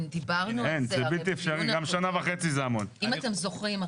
אם אתם זוכרים,